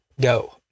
go